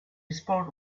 spoke